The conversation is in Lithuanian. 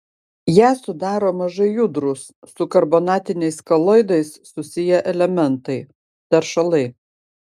ją sudaro mažai judrūs su karbonatiniais koloidais susiję elementai teršalai